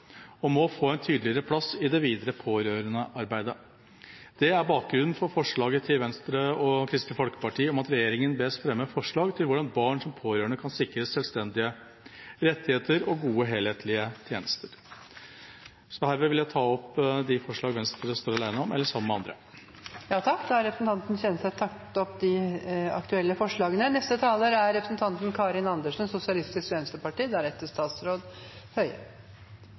og må få en tydeligere plass i det videre pårørendearbeidet. Det er bakgrunnen for forslaget til Venstre og Kristelig Folkeparti om at regjeringa bes fremme forslag til «hvordan barn som pårørende kan sikres selvstendige rettigheter og gode og helhetlige tjenester».